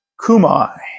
Kumai